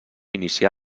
inicià